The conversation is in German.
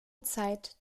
zeit